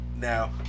now